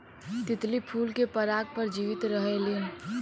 तितली फूल के पराग पर जीवित रहेलीन